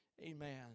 Amen